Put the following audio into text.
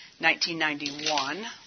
1991